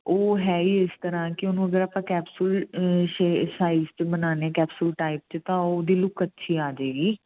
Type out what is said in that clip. ਉਹ ਹੈਗੀ ਇਸ ਤਰਾਂ ਕਿ ਉਹਨੂੰ ਅਗਰ ਆਪਾਂ ਕੈਪਸੂਲ ਸਾਈਜ਼ 'ਚ ਬਣਾਉਂਦੇ ਕੈਪਸੂਲ ਟਾਈਪ 'ਚ ਤਾਂ ਉਹਦੇ ਲੁੱਕ ਅੱਛੀ ਆ ਜਾਏਗੀ